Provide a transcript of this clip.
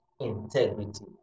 Integrity